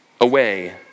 away